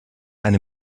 eine